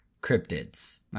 cryptids